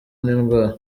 n’indwara